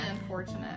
unfortunate